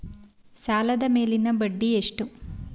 ಸಾಲದ ಮೇಲಿನ ಬಡ್ಡಿ ಎಷ್ಟು?